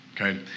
okay